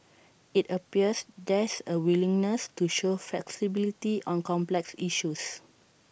IT appears there's A willingness to show flexibility on complex issues